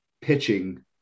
pitching